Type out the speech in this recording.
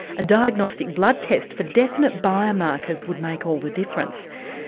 a diagnostic blood test for definite bio-markers would make all the difference.